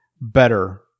better